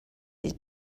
his